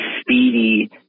speedy